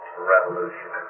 revolution